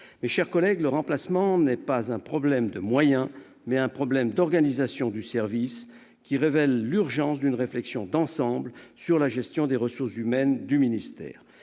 Mes chers collègues, le remplacement est un problème non pas de moyens, mais d'organisation du service, qui révèle l'urgence d'une réflexion d'ensemble sur la gestion des ressources humaines du ministère.